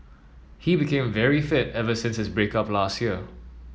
he became very fit ever since his break up last year